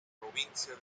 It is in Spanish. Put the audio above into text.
provincia